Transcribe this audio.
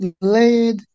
laid